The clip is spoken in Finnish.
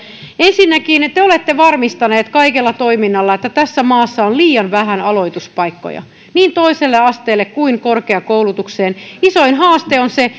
ensinnäkin te olette varmistaneet kaikella toiminnalla että tässä maassa on liian vähän aloituspaikkoja niin toiselle asteelle kuin korkeakoulutukseen isoin haaste on se